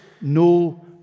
no